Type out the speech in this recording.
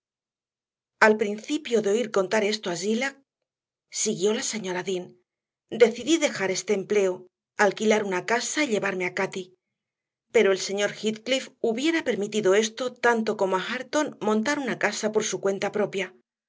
al principio de oír contar esto a zillah siguió la señora dean decidí dejar este empleo alquilar una casa y llevarme a cati pero el señor heathcliff hubiera permitido esto tanto como a hareton montar una casa por su cuenta propia